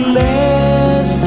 less